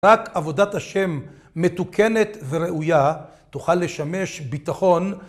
רק עבודת השם מתוקנת וראויה תוכל לשמש ביטחון